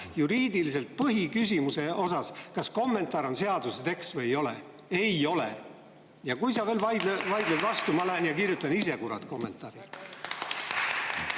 juriidilist kismat põhiküsimuse osas, kas kommentaar on seaduse tekst või ei ole. Ei ole. (Aplaus.) Ja kui sa veel vaidled vastu, ma lähen ja kirjutan ise, kurat, kommentaari.